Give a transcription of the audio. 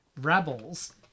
Rebels